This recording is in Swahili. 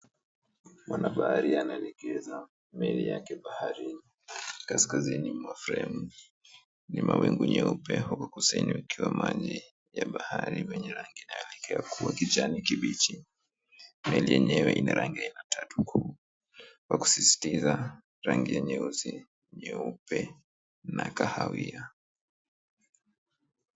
Mwana bahari anaelekeza meli yake baharini. Kaskazini mwa fremu ni mawingu nyeupe, huku kusini ikiwa maji ya bahari yenye rangi inayoelekea kuwa kijani kibichi. Meli yenyewe ina rangi ya aina tatu kuu, kwa kusisitiza, rangi nyeusi, nyeupe na kahawia.